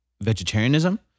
vegetarianism